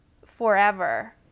forever